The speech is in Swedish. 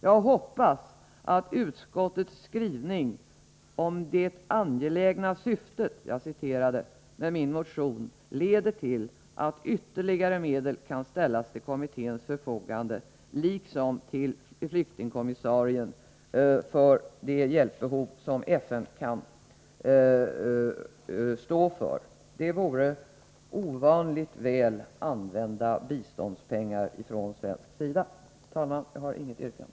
Jag hoppas att utskottets skrivning om ”det angelägna syftet” med min motion leder till att ytterligare medel kan ställas till kommitténs förfogande, liksom till att medel kan ges flyktingkommissarien för de hjälpbehov som FN kan tillgodose. Det vore ovanligt väl använda biståndspengar från svensk sida. Herr talman! Jag har inget yrkande.